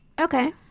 Okay